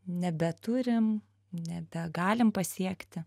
nebeturim nebegalim pasiekti